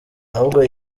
ahubwo